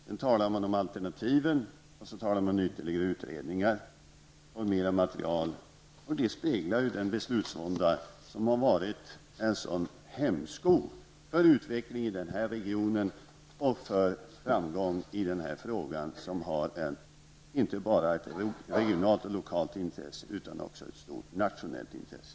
Sedan talar man om alternativen, och man talar om ytterligare utredningar och mer material. Det speglar den beslutsvånda som har varit en sådan hämsko för utvecklingen i den här regionen och för framgång i den här frågan, som har inte bara ett lokalt och regionalt intresse utan också ett stort nationellt intresse.